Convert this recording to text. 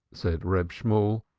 said reb shemuel.